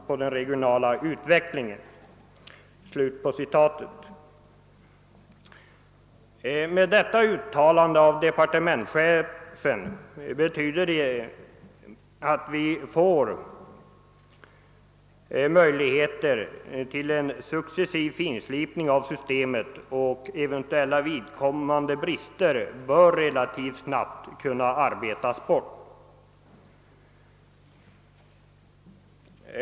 på den regionala utvecklingen.» Detta uttalande av departementschefen betyder att vi får möjligheter till en successiv finslipning av systemet, och eventuella brister bör relativt snabbt kunna arbetas bort.